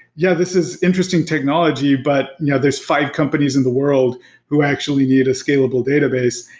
yeah, this is interesting technology. but yeah there's five companies in the world who actually need a scalable database.